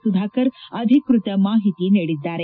ಸುಧಾಕರ್ ಅಧಿಕೃತ ಮಾಹಿತಿ ನೀಡಿದ್ದಾರೆ